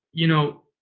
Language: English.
you know,